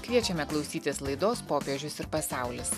kviečiame klausytis laidos popiežius ir pasaulis